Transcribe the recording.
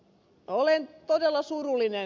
olen todella surullinen